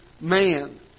man